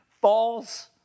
falls